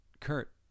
kurt